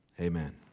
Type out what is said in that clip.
amen